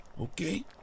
Okay